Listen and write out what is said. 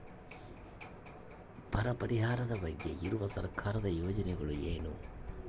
ಬರ ಪರಿಹಾರದ ಬಗ್ಗೆ ಇರುವ ಸರ್ಕಾರದ ಯೋಜನೆಗಳು ಏನು?